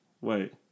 Wait